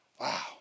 Wow